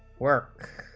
work